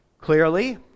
clearly